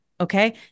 Okay